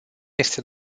este